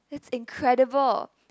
it's incredible